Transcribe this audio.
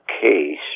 case